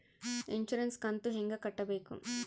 Insurance ಕಂತು ಹೆಂಗ ಕಟ್ಟಬೇಕು?